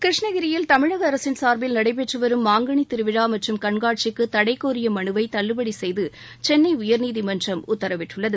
கிருஷ்ணகிரியில் தமிழக அரசின் சார்பில் நடைபெற்று வரும் மாங்கனித் திருவிழா மற்றும் கண்காட்சிக்கு தடை கோரிய மனுவை தள்ளுபடி செய்து சென்னை உயர்நீதிமன்றம் உத்தரவிட்டுள்ளது